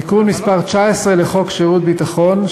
תיקון מס' 19 לחוק שירות ביטחון,